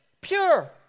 Pure